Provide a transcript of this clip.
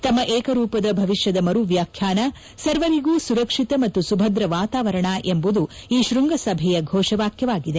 ನಮ್ಮ ಏಕರೂಪದ ಭವಿಷ್ಣದ ಮರು ವ್ಯಾಖ್ವಾನ ಸರ್ವರಿಗೂ ಸುರಕ್ಷಿತ ಮತ್ತು ಸುಭದ್ರ ವಾತಾವರಣ ಎಂಬುದು ಈ ಶೃಂಗಸಭೆಯ ಘೋಷವಾಕ್ಕವಾಗಿದೆ